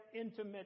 intimate